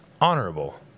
honorable